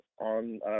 on